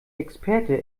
experte